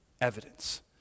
evidence